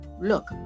look